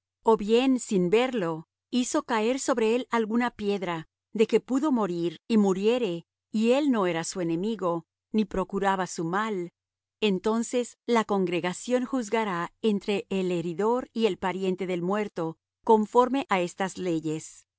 o bien sin verlo hizo caer sobre él alguna piedra de que pudo morir y muriere y él no era su enemigo ni procuraba su mal entonces la congregación juzgará entre el heridor y el pariente del muerto conforme á estas leyes